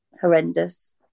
horrendous